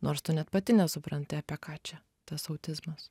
nors tu net pati nesupranti apie ką čia tas autizmas